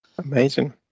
Amazing